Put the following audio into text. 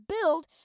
build